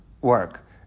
work